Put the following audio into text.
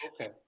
okay